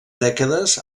dècades